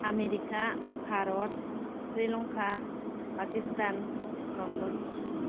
America Bharat Sri Lanka Pakistan London